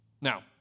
Now